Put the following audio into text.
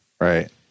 Right